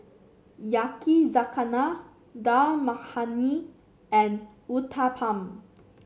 Yakizakana Dal Makhani and Uthapam